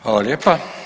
Hvala lijepa.